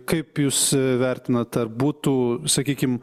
kaip jūs vertinat ar būtų sakykim